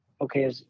okay